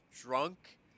drunk